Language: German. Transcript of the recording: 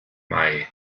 mai